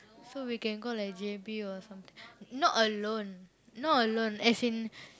so we can go like J_B or something not alone not alone as in